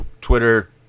Twitter